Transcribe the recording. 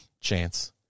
chance